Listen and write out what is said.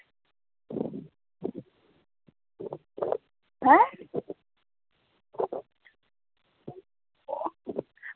ऐं